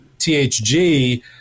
THG